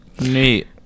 Neat